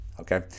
Okay